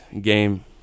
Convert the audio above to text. game